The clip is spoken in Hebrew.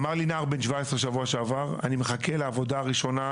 אמר לי נער בן 17 שבוע שעבר אני מחכה לעבודה הראשונה,